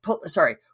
Sorry